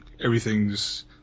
everything's